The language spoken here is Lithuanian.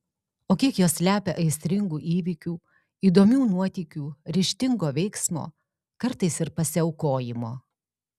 o kiek jos slepia aistringų įvykių įdomių nuotykių ryžtingo veiksmo kartais ir pasiaukojimo